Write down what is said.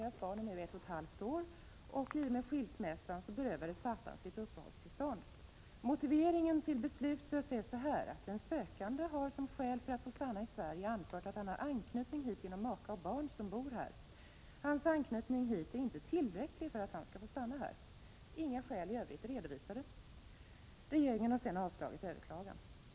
Deras barn är nu ett och ett halvt år. I och med skilsmässan berövades pappan sitt uppehållstillstånd. I motiveringen till beslutet står det att han ”har som skäl för att få stanna i Sverige anfört att han har anknytning hit genom maka och barn som bor här”. Därefter sägs att hans ”anknytning hit är inte tillräcklig för att han skall få stanna här”. Inga skäl i övrigt är redovisade. Regeringen har sedan avslagit överklagandet.